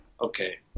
okay